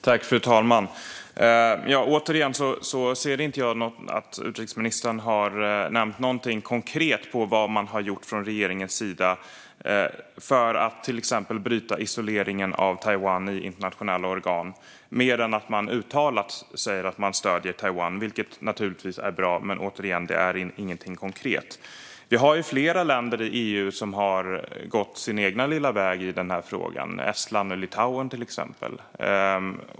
Fru talman! Återigen hörde jag inte utrikesministern nämna något konkret man gjort från regeringens sida för att till exempel bryta isoleringen av Taiwan i internationella organ. Man säger uttalat att man stöder Taiwan, vilket naturligtvis är bra, men det är ingenting konkret. Det är flera länder i EU som har gått sin egen lilla väg i den här frågan, till exempel Estland och Litauen.